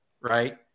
Right